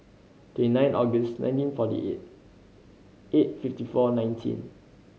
twenty nine August nineteen forty eight eight fifteen four nineteen